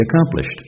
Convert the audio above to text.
accomplished